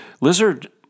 lizard